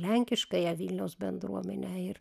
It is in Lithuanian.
lenkiškąją vilniaus bendruomenę ir